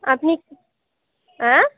আপনি অ্যাঁ